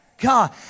God